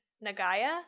Nagaya